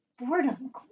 boredom